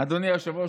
אדוני היושב-ראש,